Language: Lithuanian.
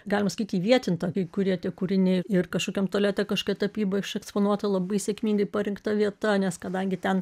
galima sakyti įvietinta kai kurie tie kūriniai ir kažkokiam tualete kažkokia tapybai išeksponuota labai sėkmingai parinkta vieta nes kadangi ten